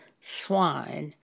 swine